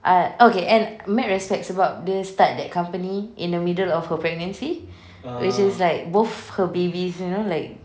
ah okay and my respect about the start that company in the middle of her pregnancy which is like both her babies you know like